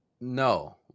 no